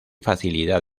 facilidad